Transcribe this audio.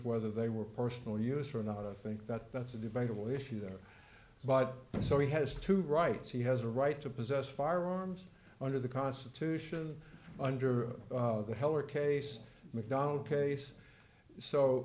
whether they were personal use or not i think that that's a debatable issue there but so he has to rights he has a right to possess firearms under the constitution under the heller case mcdonald case so